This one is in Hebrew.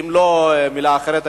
אם לא מלה אחרת,